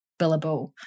billable